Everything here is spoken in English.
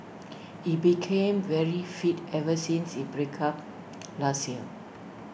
he became very fit ever since he breakup last year